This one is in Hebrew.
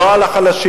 לא על החלשים,